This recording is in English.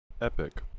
Epic